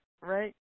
right